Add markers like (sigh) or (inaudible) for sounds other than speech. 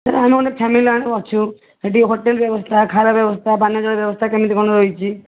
ଧର ଆମେ ଗୋଟେ ଫ୍ୟାମିଲି (unintelligible) ଅଛୁ ସେଠି ହୋଟେଲ୍ ବ୍ୟବସ୍ଥା ଖାଇବା ବ୍ୟବସ୍ଥା ପାନୀୟଜଳ ବ୍ୟବସ୍ଥା କେମିତି କ'ଣ ରହିଛି